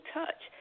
touch